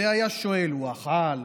והיה שואל: הוא אכל?